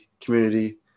community